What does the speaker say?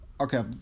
Okay